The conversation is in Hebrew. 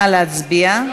נא להצביע.